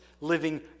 living